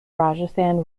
rajasthan